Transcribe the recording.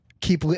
Keep